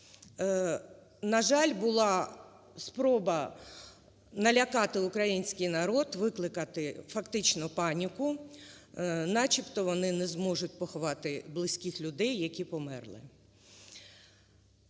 на жаль, була спроба налякати український народ, викликати фактично паніку, начебто вони не зможуть поховати близьких людей, які померли.